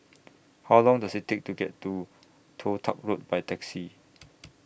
How Long Does IT Take to get to Toh Tuck Road By Taxi